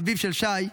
אביו של שי,